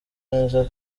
neza